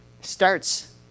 starts